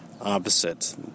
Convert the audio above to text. opposite